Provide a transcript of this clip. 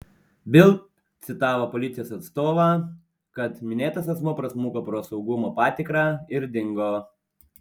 bild citavo policijos atstovą kad minėtas asmuo prasmuko pro saugumo patikrą ir dingo